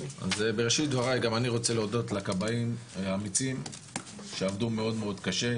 בראשית דבריי גם אני רוצה להודות לכבאים האמיצים שעבדו מאוד מאוד קשה,